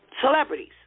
celebrities